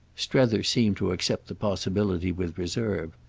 strether seemed to accept the possibility with reserve.